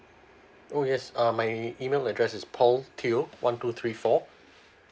oh yes uh my email address is paul teo one two three four